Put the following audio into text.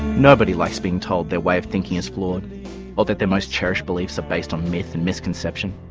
nobody likes being told their way of thinking is flawed or that their most cherished beliefs are based on myth and misconception.